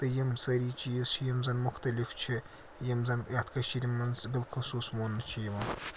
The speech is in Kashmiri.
تہٕ یِم سٲری چیٖز چھِ یِم زَن مُختلِف چھِ یِم زَن یَتھ کٔشیٖرۍ منٛز بِلخصوٗص وونٛنہٕ چھِ یِوان